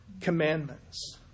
commandments